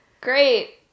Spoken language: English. Great